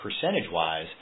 percentage-wise